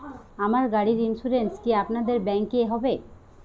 আমার গাড়ির ইন্সুরেন্স কি আপনাদের ব্যাংক এ হবে?